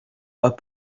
pas